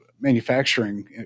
manufacturing